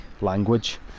language